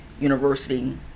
University